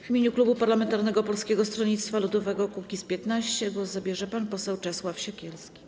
W imieniu klubu parlamentarnego Polskiego Stronnictwa Ludowego - Kukiz15 głos zabierze pan poseł Czesław Siekierski.